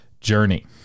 journey